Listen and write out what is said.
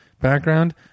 background